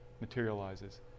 materializes